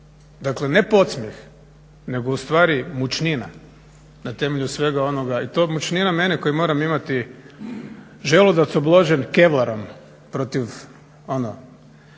dakle ne podsmijeh nego ustvari mučnina na temelju svega onoga i to mučnina mene koji moram imati želudac obložen kevlarom protiv,